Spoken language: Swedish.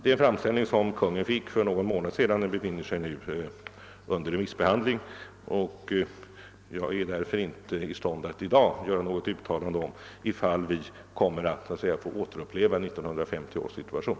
Kungl. Maj:t fick framställningen för någon månad sedan och den remissbehandlas för närvarande; jag är därför inte i stånd att göra något uttalande i dag om vi så att säga får återuppleva 1950 års situation.